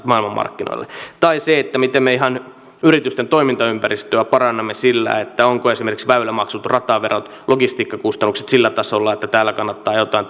maailmanmarkkinoille tai se miten me ihan yritysten toimintaympäristöä parannamme sillä ovatko esimerkiksi väylämaksut rataverot ja logistiikkakustannukset sillä tasolla että täällä kannattaa joitain